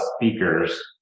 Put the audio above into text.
speakers